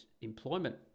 employment